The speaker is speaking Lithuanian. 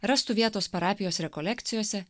rastų vietos parapijos rekolekcijose